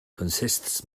consists